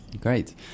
Great